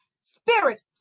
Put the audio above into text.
spirit